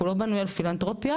כולו בנוי על פילנתרופיה,